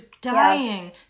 dying